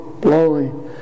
blowing